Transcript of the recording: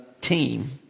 team